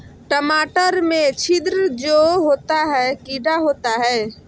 टमाटर में छिद्र जो होता है किडा होता है?